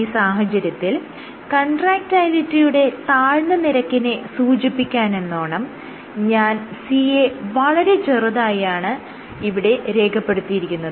ഈ സാഹചര്യത്തിൽ കൺട്രാക്ടയിലിറ്റിയുടെ താഴ്ന്ന നിരക്കിനെ സൂചിപ്പിക്കാനെന്നോണം ഞാൻ C യെ വളരെ ചെറുതാക്കിയാണ് ഇവിടെ രേഖപ്പെടുത്തിയിരിക്കുന്നത്